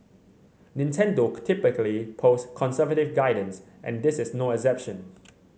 Nintendo typically post conservative guidance and this is no exception